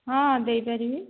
ହଁ ଦେଇପାରିବି